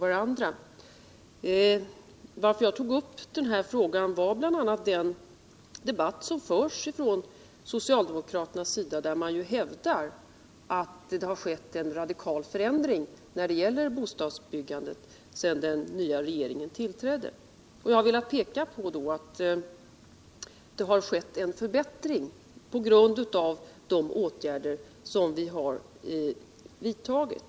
Anledningen till att jag tog upp den frågan var bl.a. den debatt som förs av socialdemokraterna, där de hävdar att det har skett en radikal förändring av bostadsbyggandet sedan 180 den nya regeringen tillträdde. Jag har velat peka på att det har skett en förbättring på grund av de åtgärder som vi har vidtagit.